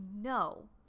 no